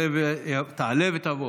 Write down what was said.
תעלה ותבוא,